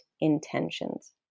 intentions